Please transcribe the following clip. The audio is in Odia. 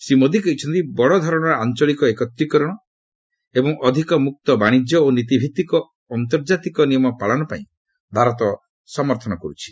ଶ୍ରୀ ମୋଦୀ କହିଛନ୍ତି ବଡ଼ ଧରଣର ଆଞ୍ଚଳିକ ଏକତ୍ରିକରଣ ଏବଂ ଅଧିକ ମୁକ୍ତ ବାଣିଜ୍ୟ ଓ ନୀତି ଭିତ୍ତିକ ଆନ୍ତର୍ଜାତିକ ନିୟମ ପାଳନ ପାଇଁ ଭାରତ ସମର୍ଥନ କରେ